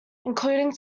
including